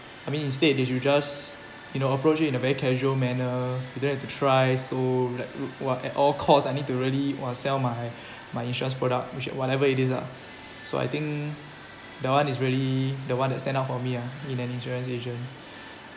I mean instead they will just you know approach you in a very casual manner you then have to try so like wh~ at all cause I need to really !wah! sell my my insurance product which whatever it is lah so I think that one is really the one that stand out for me ah in an insurance agent